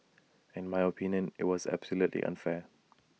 in my opinion IT was absolutely unfair